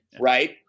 right